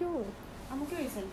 no he at yio chu kang